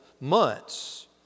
months